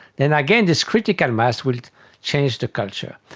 then again this critical mass will change the culture.